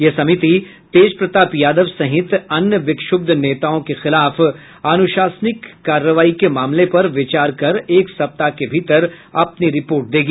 यह समिति तेज प्रताप यादव सहित अन्य विक्षुब्ध नेताओं के खिलाफ अनुशासनिक कार्रवाई के मामले पर विचार कर एक सप्ताह के भीतर अपनी रिपोर्ट देगी